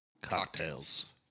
Cocktails